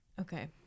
Okay